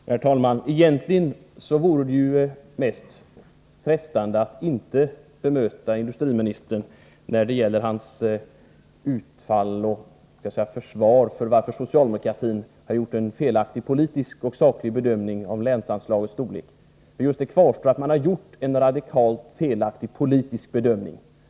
Herr talman! Det mest frestande är egentligen att inte bemöta industriministern när det gäller hans utfall och hans försvar för att socialdemokratin har gjort en felaktig politisk och saklig bedömning av länsanslagens storlek. Det kvarstår nämligen att man har gjort en radikalt felaktig politisk bedömning.